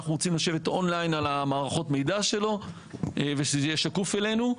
אנחנו רוצים לשבת און ליין על מערכות המידע שלו ושזה יהיה שקוף אלינו.